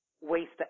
waste